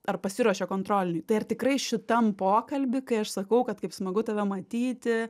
ar pasiruošė kontroliniui tai ar tikrai šitam pokalby kai aš sakau kad kaip smagu tave matyti